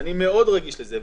אני מאוד רגיש לזה,